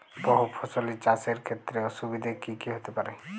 বহু ফসলী চাষ এর ক্ষেত্রে অসুবিধে কী কী হতে পারে?